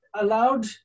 allowed